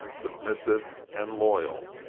submissive, and loyal.